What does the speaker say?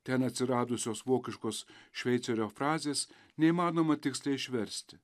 ten atsiradusios vokiškos šveicerio frazės neįmanoma tiksliai išversti